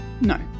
No